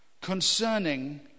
concerning